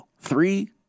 Three